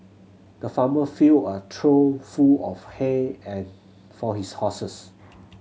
the farmer filled a trough full of hay and for his horses